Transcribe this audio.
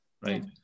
right